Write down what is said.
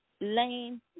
lane